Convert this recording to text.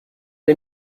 les